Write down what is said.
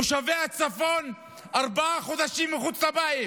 תושבי הצפון ארבעה חודשים מחוץ לבית